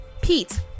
Pete